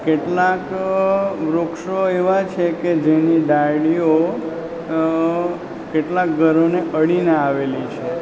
કેટલાંક વૃક્ષો એવાં છે કે જેની ડાળીઓ કેટલાંક ઘરોને અડીને આવેલી છે